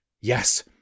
Yes